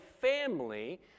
family